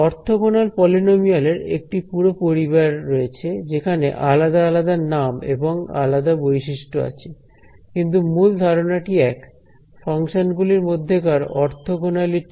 orthogonal polynomial এর একটি পুরো পরিবার রয়েছে যেখানে আলাদা আলাদা নাম এবং আলাদা বৈশিষ্ট্য রয়েছে কিন্তু মূল ধারণাটি এক ফাংশন গুলির মধ্যেকার অর্থগণালিটি